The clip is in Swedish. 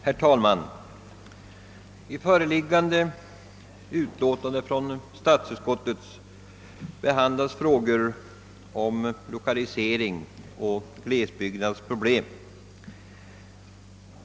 Herr talman! I föreliggande utlåtande från statsutskottet behandlas frågor om lokalisering och om glesbygdernas problem.